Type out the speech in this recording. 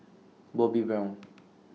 Bobbi Brown